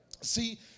See